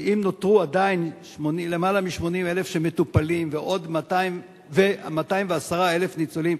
שאם נותרו עדיין למעלה מ-80,000 שמטופלים ו-210,000 ניצולים,